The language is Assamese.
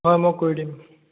হয় মই কৰি দিম